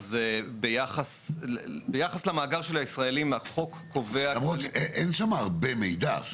ביחס למאגר של הישראלים החוק קובע --- למרות שאין שם הרבה מידע.